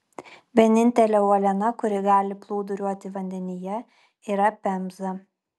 vienintelė uoliena kuri gali plūduriuoti vandenyje yra pemza